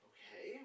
Okay